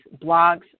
blogs